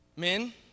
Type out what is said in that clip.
Men